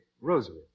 rosary